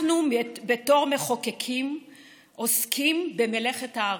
אנחנו בתור מחוקקים עוסקים במלאכת האריגה.